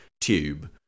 tube